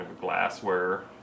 glassware